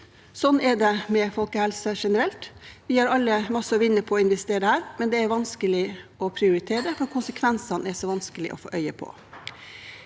Sånn er det med folkehelse generelt. Vi har alle mye å vinne på å investere i dette, men det er vanskelig å prioritere, for konsekvensene er så vanskelige å få øye på.